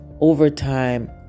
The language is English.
overtime